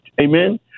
Amen